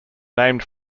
named